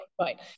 Right